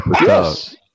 Yes